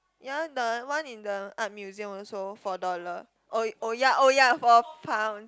ya the one in the art museum also four dollar oh oh ya oh ya four pounds